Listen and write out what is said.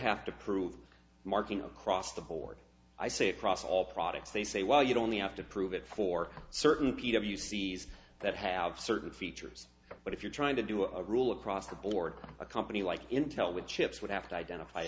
have to prove marking across the board i say across all products they say well you don't have to prove it for certain pete of you see that have certain features but if you're trying to do a rule across the board of a company like intel with chips would have to identify